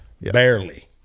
Barely